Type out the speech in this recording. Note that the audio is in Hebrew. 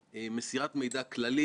אני חושב שלכך כיוונת בדבריך.